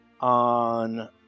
on